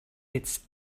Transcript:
its